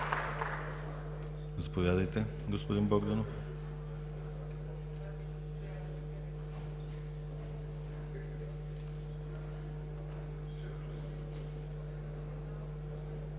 Заповядайте, господин Богданов.